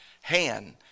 hand